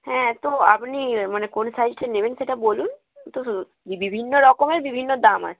হ্যাঁ তো আপনি মানে কোন সাইজটা নেবেন সেটা বলুন তো বিভিন্ন রকমের বিভিন্ন দাম আছে